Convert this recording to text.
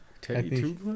Teddy